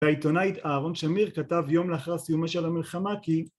העיתונאי אהרון שמיר כתב יום לאחר הסיומה של המלחמה כי